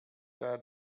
than